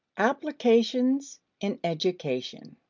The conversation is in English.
applications in education.